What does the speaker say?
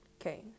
okay